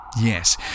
Yes